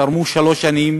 תרמו שלוש שנים